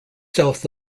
south